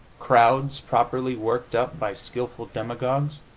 crowds, properly worked up by skilful demagogues,